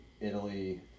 Italy